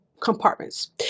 compartments